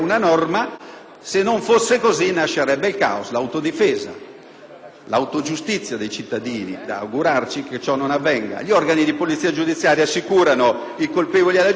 l'autogiustizia dei cittadini ed è da augurarsi che ciò non avvenga. Gli organi di polizia giudiziaria assicurano i colpevoli alla giustizia e i giudici chiudono il cerchio, valutano e